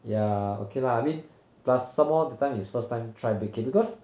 ya okay lah I mean plus somemore that time is first time try bake cake because